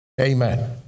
Amen